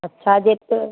अच्छा जे त